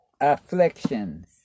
afflictions